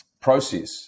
process